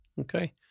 Okay